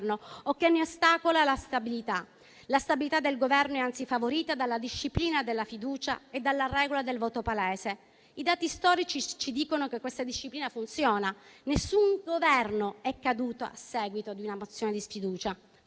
o che ne ostacoli la stabilità, che è anzi favorita dalla disciplina della fiducia e dalla regola del voto palese. I dati storici ci dicono che questa disciplina funziona. Nessun Governo è caduto a seguito di una mozione di sfiducia.